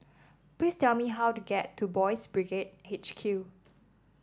please tell me how to get to Boys' Brigade H Q